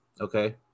Okay